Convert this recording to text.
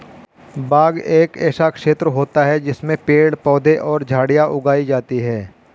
बाग एक ऐसा क्षेत्र होता है जिसमें पेड़ पौधे और झाड़ियां उगाई जाती हैं